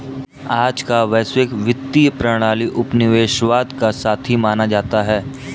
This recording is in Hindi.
आज का वैश्विक वित्तीय प्रणाली उपनिवेशवाद का साथी माना जाता है